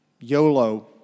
YOLO